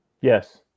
yes